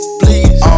please